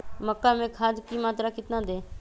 मक्का में खाद की मात्रा कितना दे?